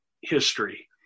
history